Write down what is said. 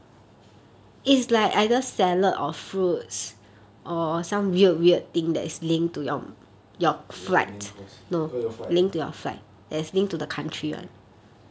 your main course oh your flight